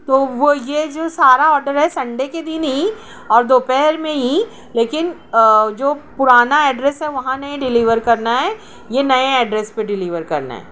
تو وہ یہ جو سارا آڈر ہے سنڈے کے دن ہی اور دوپہر میں ہی لیکن جو پرانا ایڈریس ہے وہاں نہیں ڈلیور کرنا ہے یہ نئے ایڈرس پہ ڈلیور کرنا ہے